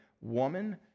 woman